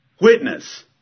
witness